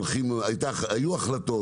היו החלטות,